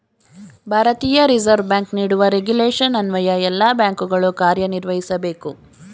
ಭಾರತೀಯ reserve bank ನೀಡುವ regulation ಅನ್ವಯ ಎಲ್ಲ ಬ್ಯಾಂಕುಗಳು ಕಾರ್ಯನಿರ್ವಹಿಸಬೇಕು